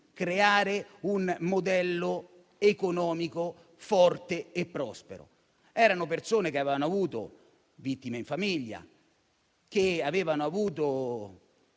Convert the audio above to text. creare un modello economico forte e prospero. Erano persone che avevano avuto vittime in famiglia, che avevano avuto